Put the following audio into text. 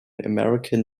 american